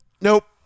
Nope